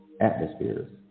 atmospheres